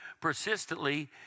persistently